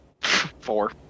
Four